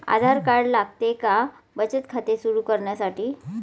आधार card लागते का बचत खाते सुरू करण्यासाठी?